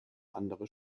andere